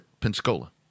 Pensacola